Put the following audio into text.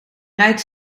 rijk